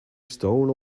stone